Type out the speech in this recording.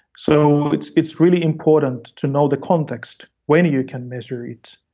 so it's it's really important to know the context, when you can measure it,